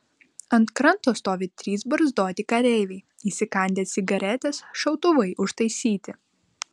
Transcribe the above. ant kranto stovi trys barzdoti kareiviai įsikandę cigaretes šautuvai užtaisyti